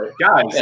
Guys